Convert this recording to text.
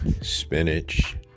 spinach